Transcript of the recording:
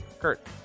Kurt